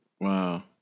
Wow